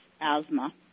asthma